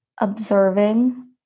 observing